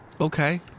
Okay